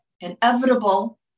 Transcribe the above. inevitable